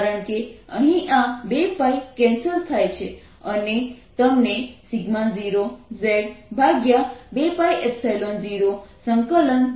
કારણ કે અહીં આ 2 કેન્સલ થાય છે અને તમને 0 z200Rdrz2r232 મળે છે